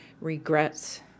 regrets